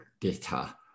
data